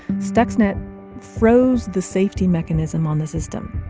stuxnet froze the safety mechanism on the system.